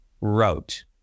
wrote